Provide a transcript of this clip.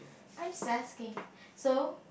I am just asking so